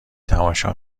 تماشا